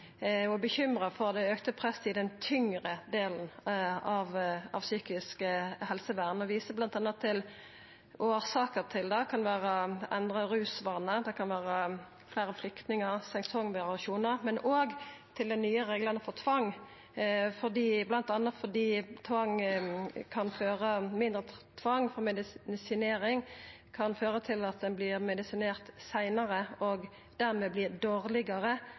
og viser til at årsaka bl.a. kan vera endra rusvanar. Det kan også vera fleire flyktningar, sesongvariasjonar og dei nye reglane for tvang. Mindre tvang til medisinering kan føra til at ein vert medisinert seinare og dermed er dårlegare